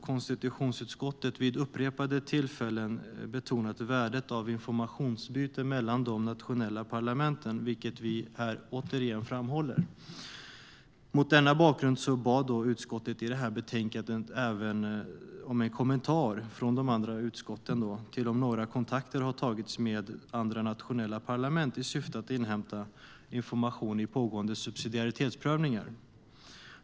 Konstitutionsutskottet har vid upprepade tillfällen betonat värdet av informationsutbyte mellan de nationella parlamenten, vilket vi här återigen framhåller. Mot denna bakgrund bad utskottet i detta betänkande även om en kommentar från de andra utskotten till om några kontakter har tagits med andra nationella parlament i syfte att inhämta information i pågående subsidiaritetsprövningar.